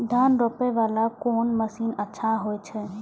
धान रोपे वाला कोन मशीन अच्छा होय छे?